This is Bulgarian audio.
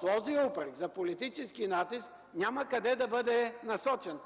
този упрек – за политически натиск, няма къде да бъде насочен,